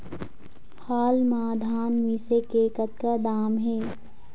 हाल मा धान मिसे के कतका दाम हे?